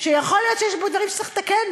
שיכול להיות שיש בו דברים שצריך לתקן,